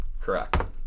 Correct